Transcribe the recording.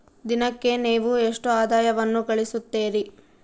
ದಿನಕ್ಕೆ ನೇವು ಎಷ್ಟು ಆದಾಯವನ್ನು ಗಳಿಸುತ್ತೇರಿ?